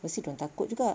mesti dorang takut juga